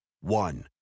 One